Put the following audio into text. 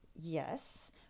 Yes